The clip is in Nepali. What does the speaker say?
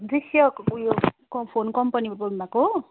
दृश्य उयो क फोन कम्पनी बोल्नुभएको हो